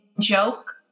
joke